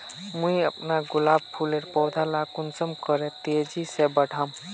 मुई अपना गुलाब फूलेर पौधा ला कुंसम करे तेजी से बढ़ाम?